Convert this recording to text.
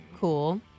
Cool